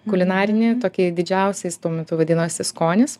kulinarinį tokį didžiausiais tuo metu vadinosi skonis